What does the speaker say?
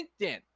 LinkedIn